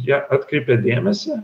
jie atkreipia dėmesį